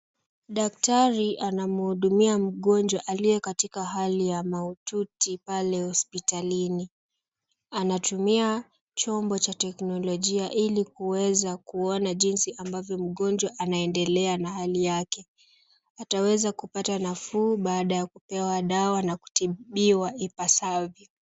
Daktari anamhudumia mgonjwa aliye katika hali ya mahututi pale hospitalini. Anatumia chombo cha teknolojia ili kuweza kuona jinsi ambavyo mgonjwa anaendelea na hali yake. Ataweza kupata nafuu baada ya kupewa dawa na kutibiwa ipasavyo.